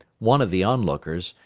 one of the onlookers,